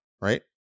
right